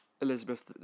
Elizabeth